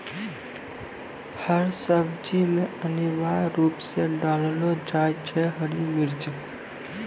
हर सब्जी मॅ अनिवार्य रूप सॅ डाललो जाय छै हरी मिर्च